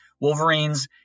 Wolverine's